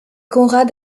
konrad